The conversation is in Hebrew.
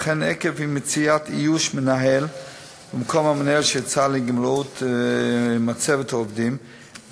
וכן עקב אי-מציאת מנהל במקום המנהל שיצא לגמלאות במצבת העובדים,